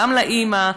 גם לאימא,